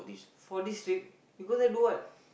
for this trip you go there do what